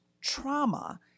trauma